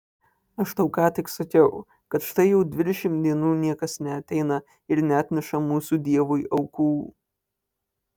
aš tau ką tik sakiau kad štai jau dvidešimt dienų niekas neateina ir neatneša mūsų dievui aukų